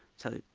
so,